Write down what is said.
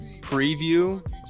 preview